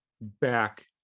back